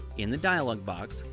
in the dialog box,